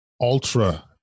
ultra